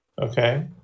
Okay